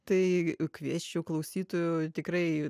tai kviesčiau klausytojų tikrai